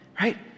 right